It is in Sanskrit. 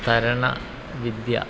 तरण विद्या